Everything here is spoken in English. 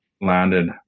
landed